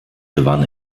gewann